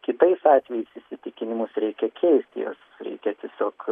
kitais atvejais įsitikinimus reikia keisti juos reikia tiesiog